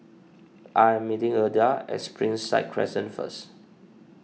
I am meeting Eartha at Springside Crescent first